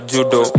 Judo